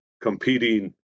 competing